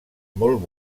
molt